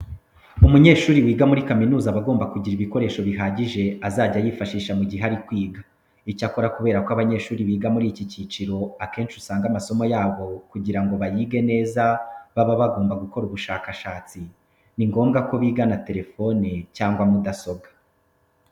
Umunyeshuri wiga muri kaminuza aba agomba kugira ibikoresho bihagije azajya yifashisha mu gihe ari kwiga. Icyakora kubera ko abanyeshuri biga muri iki cyiciro akenshi usanga amasomo yabo kugira ngo bayige neza baba bagomba gukora ubushakashatsi, ni ngombwa ko bigana telefone cyangwa mudasobwa.